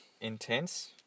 Intense